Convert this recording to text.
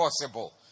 possible